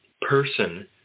person